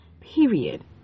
period